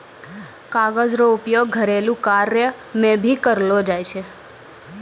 कागज रो उपयोग घरेलू कार्य मे भी करलो जाय छै